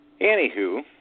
anywho